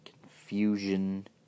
confusion